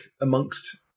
amongst